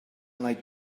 like